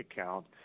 account